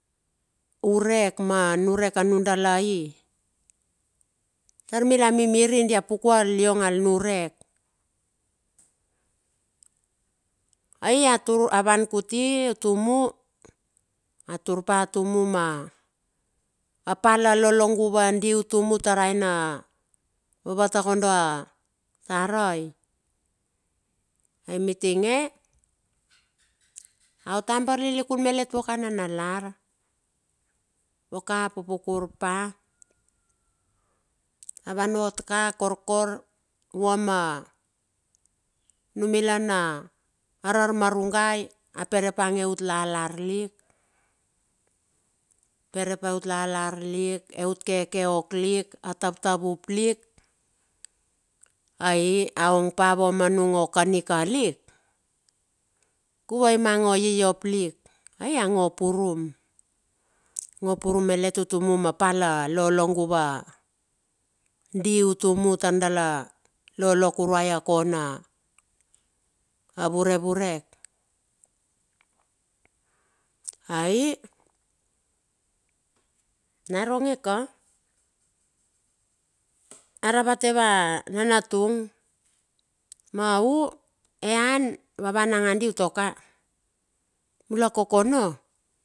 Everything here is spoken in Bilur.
Urek manurek anudalai. Tar mila mimire dia pukue a liong al nurek. Ai avan kuti tumu a tur patumu ma pala loguvai di utumu tar ai na vavatakodo a tarai. Ai mitinge, a ot abar lilikun melet ua ka nanalar. Vuo ka pupukur pa, a van vuo ka korkor vua ma nimila, na ararmaruge aperepa eut lalar lik, perepa eutlalar lik, eut kekeok lik, a tavtavup lik, ai aong pavua ma nung o kanika lik, guvai o yiyop lik. Ai a ngo purum, ngo purum malet atumu mapala lolog di utumu lolo kuruai a kona na vurevurek, ai naronge ka aravate ava nanatung, ma u ean va van nandi tuo ka.